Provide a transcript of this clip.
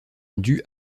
due